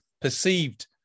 perceived